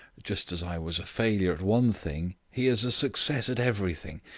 just as i was a failure at one thing, he is a success at everything.